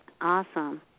awesome